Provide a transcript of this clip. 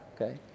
okay